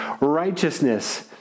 righteousness